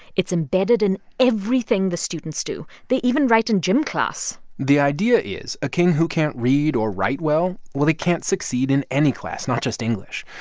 it's embedded in everything the students do. they even write in gym class the idea is a king who can't read or write well well, they can't succeed in any class, not just english.